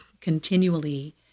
continually